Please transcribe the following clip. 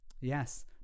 Yes